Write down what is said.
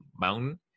mountain